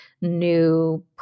new